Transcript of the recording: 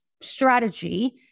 strategy